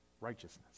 righteousness